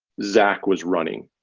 zach was running?